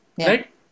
Right